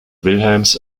wilhelms